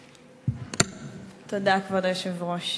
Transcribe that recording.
תודה, כבוד היושב-ראש.